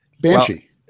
Banshee